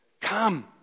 come